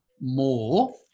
more